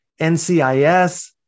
NCIS